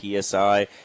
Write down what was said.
psi